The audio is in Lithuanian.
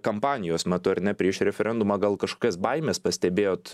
kampanijos metu ar ne prieš referendumą gal kažkokias baimes pastebėjot